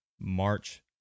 March